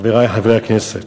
חברי חברי הכנסת,